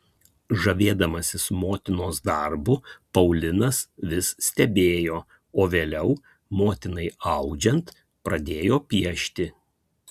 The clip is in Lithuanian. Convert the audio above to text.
žavėdamasis motinos darbu paulinas vis stebėjo o vėliau motinai audžiant pradėjo piešti